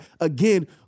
again